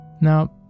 Now